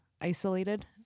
isolated